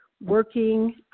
working